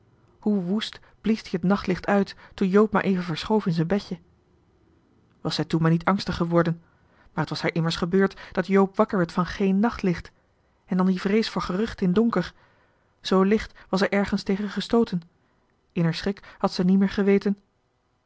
hoe woest blies t ie het nachtlicht uit toe joop maar even verschoof in z'en bedje was zij toen maar niet angstig geworden maar het was haar immers gebeurd dat joop wakker werd van géén nachtlicht en dan die vrees voor gerucht in donker zoo licht was er ergens tegen gestooten in er schrik had ze nie meer geweten